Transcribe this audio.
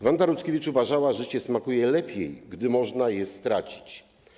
Wanda Rutkiewicz uważała, że życie smakuje lepiej, kiedy można je stracić.